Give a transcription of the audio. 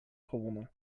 gewonnen